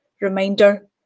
reminder